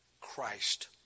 Christ